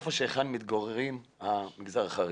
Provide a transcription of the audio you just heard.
היכן שמתגוררים אנשים מהמגזר החרדי.